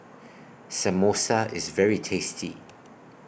Samosa IS very tasty